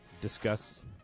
discuss